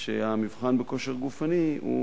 והמבחן בכושר גופני הוא